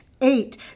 Eight